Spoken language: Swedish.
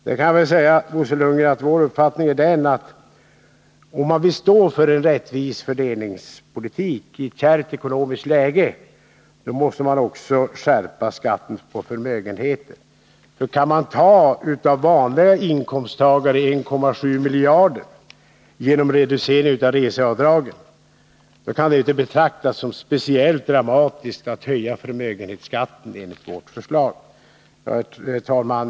Jag kan säga till Bo Lundgren att vår uppfattning är den, att vill man stå för en rättvis fördelningspolitik i ett kärvt ekonomiskt läge, måste man också skärpa skatten på förmögenheter. Och kan man av vanliga inkomsttagare ta 1,7 miljarder genom reducering av reseavdragen, kan det inte betraktas som speciellt dramatiskt att höja förmögenhetsskatten enligt vårt förslag. Herr talman!